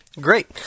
Great